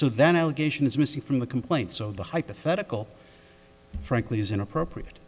so then i'll geisha is missing from the complaint so the hypothetical frankly is inappropriate